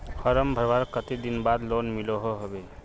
Form भरवार कते दिन बाद लोन मिलोहो होबे?